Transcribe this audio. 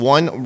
One